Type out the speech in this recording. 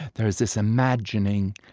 there is this imagining,